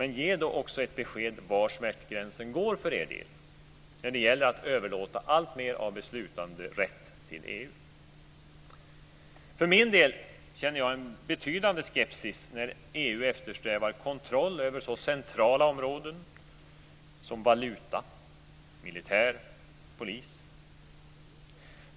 Men ge då också ett besked om var smärtgränsen går för er del när det gäller att överlåta alltmer av beslutanderätt till EU. För min del känner jag en betydande skepsis när EU eftersträvar kontroll över så centrala områden som valuta, militär och polis.